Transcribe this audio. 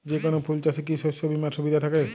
যেকোন ফুল চাষে কি শস্য বিমার সুবিধা থাকে?